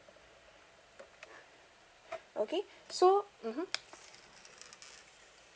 okay so mmhmm